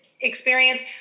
experience